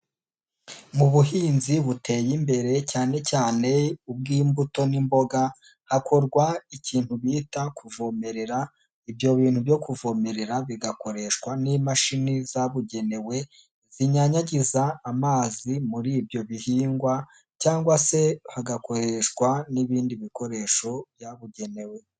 Mu buhinzi buteye imbere cyane cyane ubw'imbuto n'imboga hakorwa ikintu bita kuvomerera, ibyo bintu byo kuvomerera bigakoreshwa n'imashini zabugenewe zinyanyagiza amazi muri ibyo bihingwa cyangwa se hagakoreshwa n'ibindi bikoresho byabugenewe.